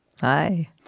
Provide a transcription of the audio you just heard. Hi